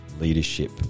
leadership